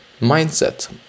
Mindset